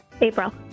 April